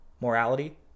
morality